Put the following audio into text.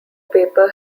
paper